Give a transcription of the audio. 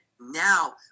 now